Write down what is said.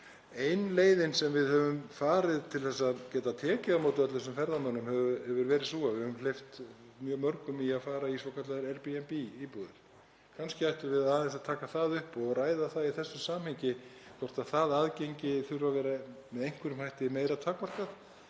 Ein leiðin sem við höfum farið til að geta tekið á móti öllum þessum ferðamönnum hefur verið sú að við höfum hleypt mjög mörgum í að fara í svokallaðar Airbnb-íbúðir. Kannski ættum við aðeins að taka það upp og ræða í þessu samhengi hvort það aðgengi þurfi að vera með einhverjum hætti meira takmarkað.